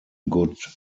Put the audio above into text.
good